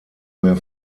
mehr